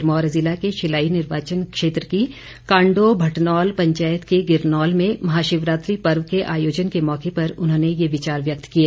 सिरमौर ज़िला के शिलाई निर्वाचन क्षेत्र की कांडो भटनौल पंचायत के गिरनौल में महाशिवरात्रि पर्व के आयोजन के मौके पर उन्होंने ये विचार व्यक्त किए